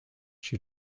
she